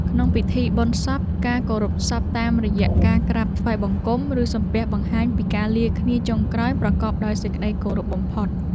ក្នុងពិធីបុណ្យសព ការគោរពសពតាមរយៈការក្រាបថ្វាយបង្គំ ឬសំពះបង្ហាញពីការលាគ្នាជាចុងក្រោយប្រកបដោយសេចក្តីគោរពបំផុត។